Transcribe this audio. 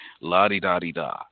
la-di-da-di-da